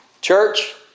Church